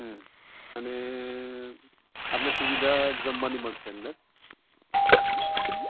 હમ અને આપને સુવિધા જમવાની મળશે અંદર